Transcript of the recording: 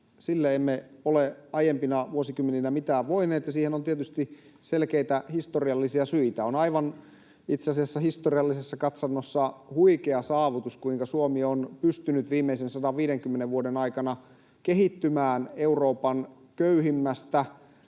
Sille emme ole aiempina vuosikymmeninä mitään voineet, ja siihen on tietysti selkeitä historiallisia syitä. On itse asiassa historiallisessa katsannossa huikea saavutus, kuinka Suomi on pystynyt viimeisen 150 vuoden aikana kehittymään Euroopan köyhimmästä